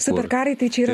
superkarai tai čia yra